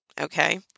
Okay